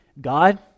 God